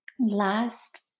Last